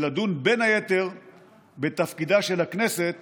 ולדון בין היתר בתפקידה של הכנסת